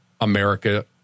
America